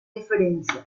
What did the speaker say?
diferencia